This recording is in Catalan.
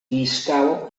distal